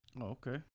Okay